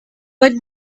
but